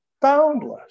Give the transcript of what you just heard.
boundless